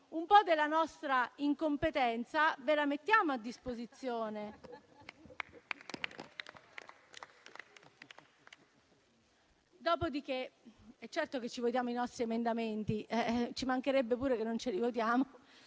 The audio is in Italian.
un po' della nostra incompetenza ve la mettiamo a disposizione.